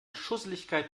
schusseligkeit